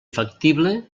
factible